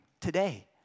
today